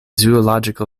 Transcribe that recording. zoological